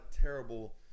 terrible